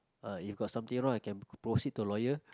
ah if got something wrong I can proceed to lawyer